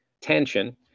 tension